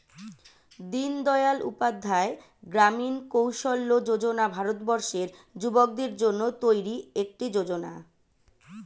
দিনদয়াল উপাধ্যায় গ্রামীণ কৌশল্য যোজনা ভারতবর্ষের যুবকদের জন্য তৈরি একটি যোজনা